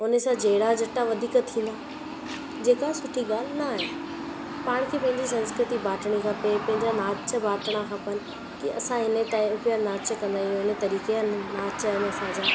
उन सां झेड़ा झट्टा वधीक थींदा जेका सुठी ॻाल्हि न आहे पाण खे पंहिंजी संस्कृति बांटणी खपे पंहिंजा नाच बांटणा खपनि कि असां इन टाईप जा नाच कंदा आहियूं इन तरीक़े जा नाच आहिनि असांजा